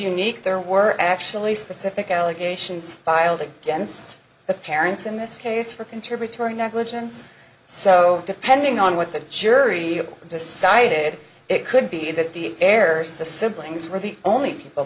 unique there were actually specific allegations filed against the parents in this case for them to return negligence so depending on what the jury decided it could be that the heirs the siblings were the only people